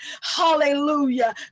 Hallelujah